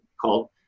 Called